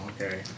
okay